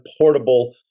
portable